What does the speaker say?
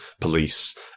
police